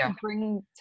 bring